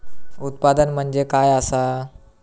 उत्पादन म्हणजे काय असा?